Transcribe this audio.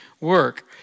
work